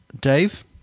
Dave